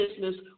business